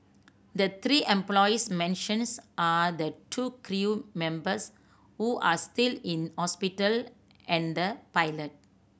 the three employees mentions are the two crew members who are still in hospital and the